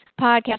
podcast